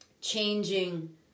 changing